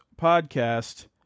podcast